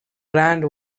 rand